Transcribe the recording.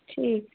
ठीक